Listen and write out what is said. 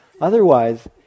otherwise